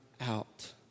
out